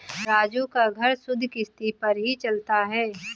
राजू का घर सुधि किश्ती पर ही चलता है